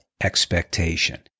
expectation